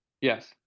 yes